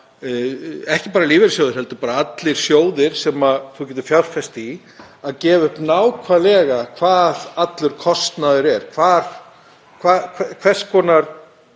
þar þurfa lífeyrissjóðir og allir sjóðir sem þú getur fjárfest í að gefa upp nákvæmlega hvað allur kostnaður er, hvers konar